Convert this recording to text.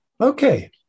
Okay